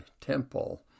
Temple